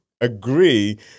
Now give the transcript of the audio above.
agree